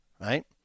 right